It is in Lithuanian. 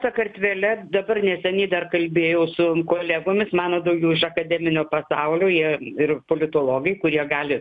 sakartvele dabar neseniai dar kalbėjau su kolegomis mano daugiau iš akademinio pasaulio jie ir politologai kurie gali